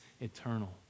eternal